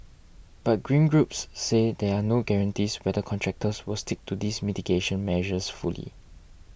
but green groups say there are no guarantees whether contractors will stick to these mitigation measures fully